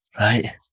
Right